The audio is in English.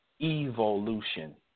evolution